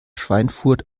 schweinfurt